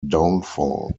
downfall